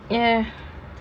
ya